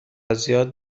زیاد